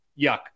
Yuck